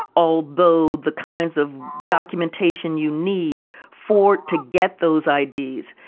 although the kinds of documentation you need for to get those i d.